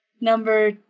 Number